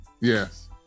yes